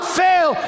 fail